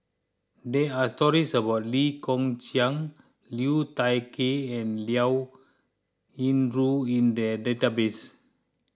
there are stories about Lee Kong Chian Liu Thai Ker and Liao Yingru in the database